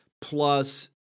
plus